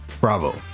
bravo